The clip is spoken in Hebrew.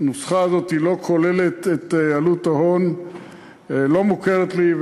שהנוסחה הזאת לא כוללת את עלות ההון לא מוכרת לי,